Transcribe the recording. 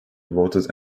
voted